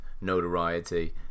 notoriety